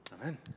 Amen